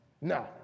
No